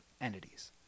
entities